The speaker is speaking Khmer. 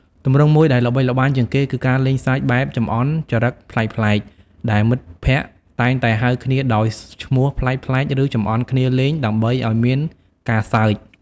ទម្រង់មួយដែលល្បីល្បាញជាងគេគឺការលេងសើចបែបចំអន់ចរិតប្លែកៗ ដែលមិត្តភក្តិតែងតែហៅគ្នាដោយឈ្មោះប្លែកៗឬចំអន់គ្នាលេងដើម្បីឱ្យមានការសើច។